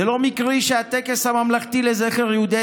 זה לא מקרי שהטקס הממלכתי לזכר יהודי